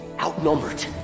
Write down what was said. outnumbered